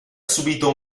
subito